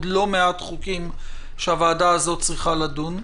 לא מעט חוקים שהוועדה הזאת צריכה לדון בהם.